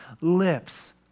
lips